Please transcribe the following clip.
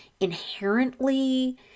inherently